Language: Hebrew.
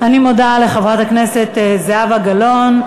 אני מודה לחברת הכנסת זהבה גלאון,